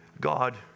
God